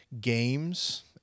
games